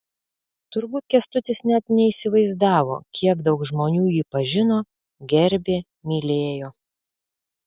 turbūt kęstutis net neįsivaizdavo kiek daug žmonių jį pažino gerbė mylėjo